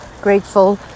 Grateful